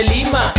Lima